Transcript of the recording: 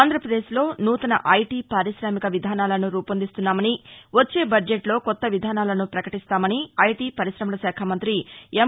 ఆంధ్రాపదేశ్లో నూతన ఐటీ పార్కితామిక విధానాలను రూపొందిస్తున్నామని వచ్చే బడ్జెట్లో కొత్త విధానాలను పకలిస్తామని ఐటీ పర్నాశమల శాఖా మం్రతి ఎమ్